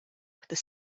little